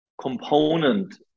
component